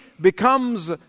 becomes